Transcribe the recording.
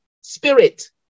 spirit